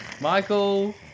Michael